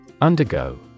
Undergo